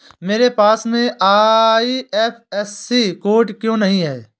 मेरे पासबुक में IFSC code क्यो नहीं है?